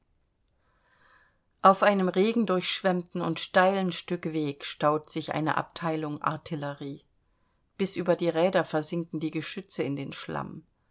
auf einem regendurchschwemmten und steilen stück weg staut sich eine abteilung artillerie bis über die räder versinken die geschütze in den schlamm